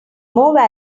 more